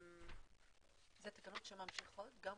אלה התקנות שממשיכות או